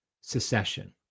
secession